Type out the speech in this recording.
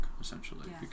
essentially